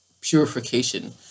purification